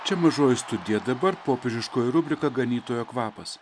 čia mažoji studija dabar popiežiškoji rubrika ganytojo kvapas